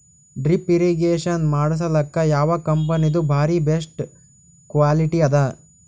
Drip irrigation ಮಾಡಸಲಕ್ಕ ಯಾವ ಕಂಪನಿದು ಬಾರಿ ಬೆಸ್ಟ್ ಕ್ವಾಲಿಟಿ ಅದ?